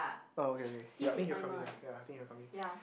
oh okay okay ya I think he will come in lah ya I think he will come in